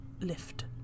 lift